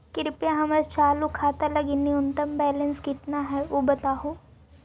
कृपया हमर चालू खाता लगी न्यूनतम बैलेंस कितना हई ऊ बतावहुं